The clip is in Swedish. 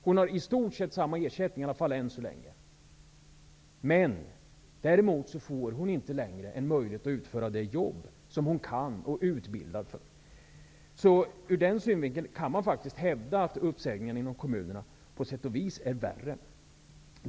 Hon har i stort sett samma ersättning, i varje fall än så länge, men däremot får hon inte längre en möjlighet att utföra det jobb som hon kan och är utbildad för. Ur den synvinkeln kan man faktiskt hävda att uppsägningarna i kommunerna på sätt och vis är värre.